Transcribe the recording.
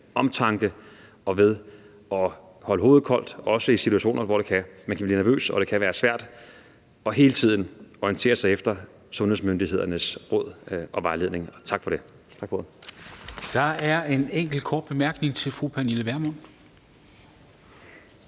omtanke og ved at holde hovedet koldt, også i situationer, hvor man kan blive nervøs og det kan være svært hele tiden at orientere sig efter sundhedsmyndighedernes råd og vejledning. Tak for det.